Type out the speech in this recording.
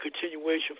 continuation